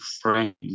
frame